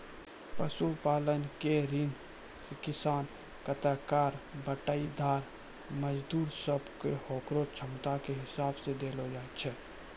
पशुपालन के ऋण किसान, कास्तकार, बटाईदार, मजदूर सब कॅ होकरो क्षमता के हिसाब सॅ देलो जाय छै